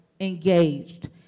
engaged